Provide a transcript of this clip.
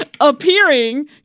appearing